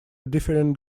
different